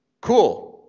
cool